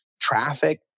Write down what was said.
traffic